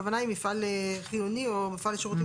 הכוונה היא מפעל חיוני או מפעל לשירותים